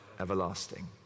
everlasting